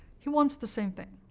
he wants the same thing.